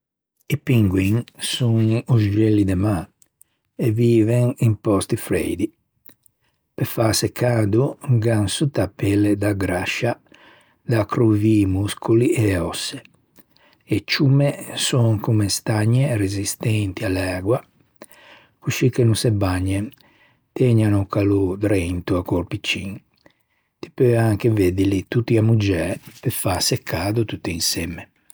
I pinguin son öxelli de mâ e viven i pòsti freidi. Pe fâse cado gh'an sotta a-a pelle da grascia pe accrovî i moscoli e e òsse. E ciumme son comme stagne resistenti à l'ægua coscì che no se bagnen, tëgnan o calô drento a-o corpicin. Ti peu anche veddili tutti ammuggiæ pe fâse cado tutti insemme.